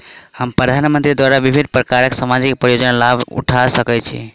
हम प्रधानमंत्री द्वारा विभिन्न प्रकारक सामाजिक योजनाक लाभ उठा सकै छी?